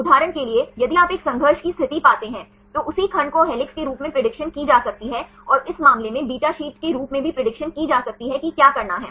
उदाहरण के लिए यदि आप एक संघर्ष की स्थिति पाते हैं तो उसी खंड को हेलिक्स के रूप में प्रेडिक्शन की जा सकती है और इस मामले में beta शीट के रूप में भी प्रेडिक्शन की जा सकती है कि क्या करना है